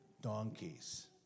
donkeys